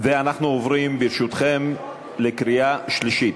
אנחנו עוברים, ברשותכם, לקריאה שלישית.